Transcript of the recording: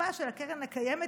בקופה של הקרן הקיימת,